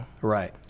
Right